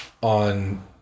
on